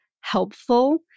helpful